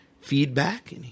feedback